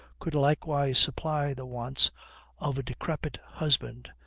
could likewise supply the wants of a decrepit husband,